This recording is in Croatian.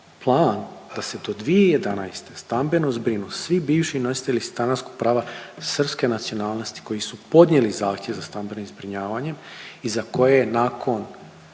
plan da se do 2011. stambeno zbrinu svi bivši nositelji prava srpske nacionalnosti koji su podnijeli zahtjev za stambeno zbrinjavanje i za koje je nakon